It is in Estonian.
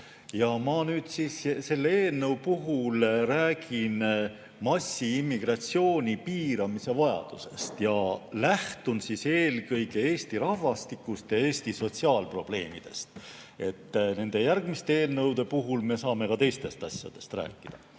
Ma siis räägin selle eelnõu puhul massiimmigratsiooni piiramise vajadusest ja lähtun eelkõige Eesti rahvastikust ja Eesti sotsiaalprobleemidest. Järgmiste eelnõude puhul me saame ka teistest asjadest rääkida. Küll